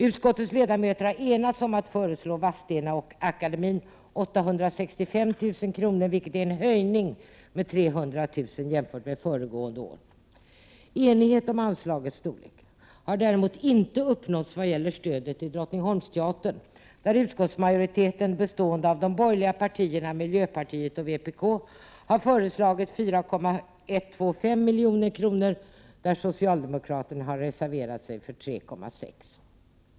Utskottets ledamöter har enats om att föreslå att anslagsposten Bidrag till Vadstenaakademien beräknas till 865 000 kr., vilket är en höjning med 300 000 kr. jämfört med föregående år. Däremot har det inte uppnåtts enighet om anslagets storlek vad gäller stödet till Drottningholmsteatern, där utskottsmajoriteten bestående av de borgerliga partierna, miljöpartiet och vpk har föreslagit 4 125 000 kr,. medan socialdemokraterna har reserverat sig och föreslagit 3 600 000 kr.